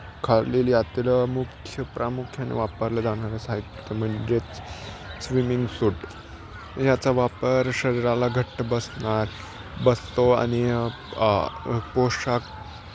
खालील यातलं मुख्य प्रामुख्याने वापरलं जाणारं साहित्य म्हणजेच स्विमिंग सूट याचा वापर शरीराला घट्ट बसणार बसतो आणि पोषाख